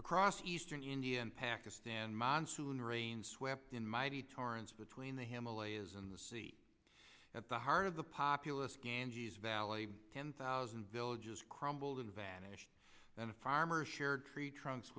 across eastern india and pakistan monsoon rains swept in mighty torrents between the himalayas and the sea at the heart of the populous ganges valley ten thousand villages crumbled and vanished then a farmer shared tree trunks